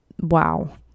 wow